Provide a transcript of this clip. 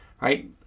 right